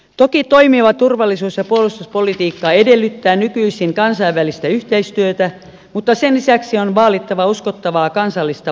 toki toimiva turvallisuus ja puolustuspolitiikka edellyttää nykyisin kansainvälistä yhteistyötä mutta sen lisäksi on vaalittava uskottavaa kansallista puolustuspolitiikkaa